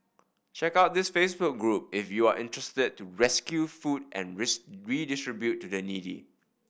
check out this Facebook group if you are interested to rescue food and redistribute to the needy